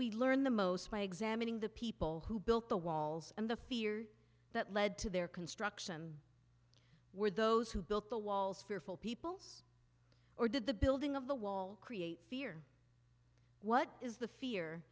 we learn the most by examining the people who built the walls and the fear that led to their construction were those who built the walls fearful peoples or did the building of the wall create fear what is the fear